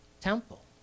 temple